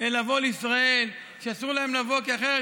לבוא לישראל, שאסור להם לבוא, כי אחרת